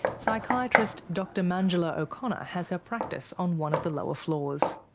psychiatrist dr manjula o'connor has her practice on one of the lower floors.